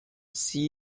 see